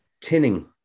tinning